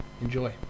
Enjoy